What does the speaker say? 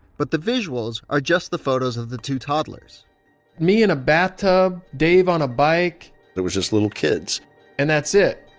but the visuals, are just the photos of the two toddlers me in a bathtub. dave on a bike it was just little kids and that's it.